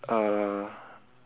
uh